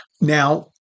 Now